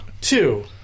Two